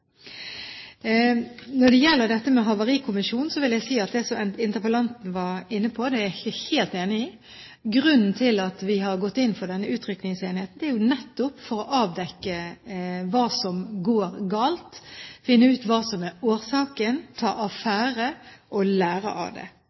Når det gjelder dette med havarikommisjon, vil jeg si at det som interpellanten var inne på, er jeg ikke helt enig i. Grunnen til at vi har gått inn for denne utrykningsenheten, er jo nettopp for å avdekke hva som går galt, finne ut hva som er årsaken, ta affære og lære av det. Når det gjelder forskning, vil jeg si at dette er et viktig tema. Det